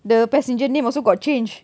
the passenger name also got change